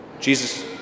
Jesus